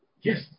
Yes